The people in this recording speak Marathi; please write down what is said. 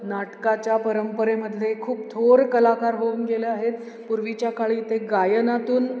नाटकाच्या परंपरेमधले खूप थोर कलाकार होऊन गेले आहेत पूर्वीच्या काळी ते गायनातून